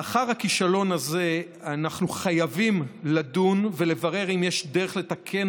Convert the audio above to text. לאחר הכישלון הזה אנחנו חייבים לדון ולברר אם יש דרך לתקן